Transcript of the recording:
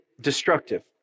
destructive